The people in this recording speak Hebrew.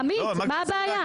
עמית, מה הבעיה?